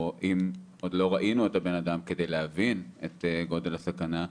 או אם עוד לא ראינו את הבן אדם כדי להבין את גודל הסכנה,